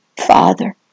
Father